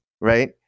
right